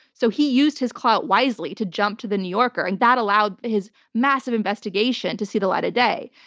so he used his clout wisely to jump to the new yorker and that allowed his massive investigation to see the light of day.